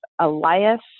Elias